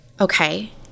okay